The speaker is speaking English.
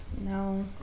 No